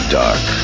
dark